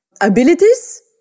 abilities